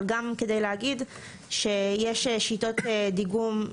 אבל גם כדי להגיד שיש שיטות דיגום,